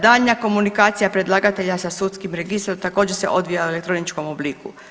Daljnja komunikacija predlagatelja sa sudskim registrom također se odvija u elektroničkom obliku.